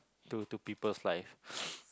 to to peoples' life